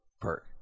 perk